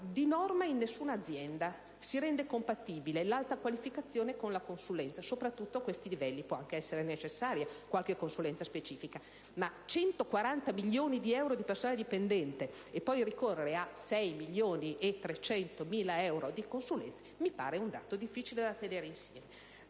Di norma, in nessuna azienda si rende compatibile l'alta qualificazione con la consulenza, soprattutto a questi livelli. Può essere anche necessaria qualche consulenza specifica, ma spendere 140 milioni di euro per il personale dipendente e poi ricorrere a 6.300.000 euro per le consulenze, mi sembra un dato difficile da tener insieme.